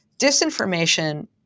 Disinformation